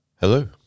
Hello